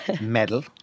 medal